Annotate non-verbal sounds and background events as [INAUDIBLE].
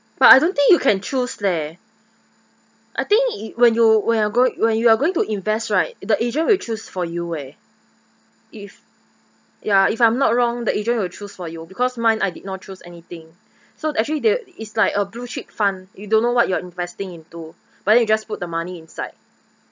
but I don't think you can choose leh I think it when you when you go when you are going to invest right the agent will choose for you eh if ya if I'm not wrong the agent will choose for you because mine I did not choose anything [BREATH] so actually there is like a blue chip fund you don't know what you're investing into but then you just put the money inside